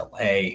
LA